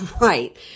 Right